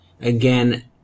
again